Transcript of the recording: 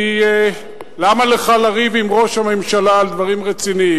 כי למה לך לריב עם ראש הממשלה על דברים רציניים?